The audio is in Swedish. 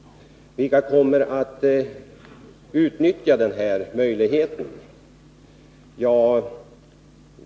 Vilka kommer då att utnyttja den här möjligheten?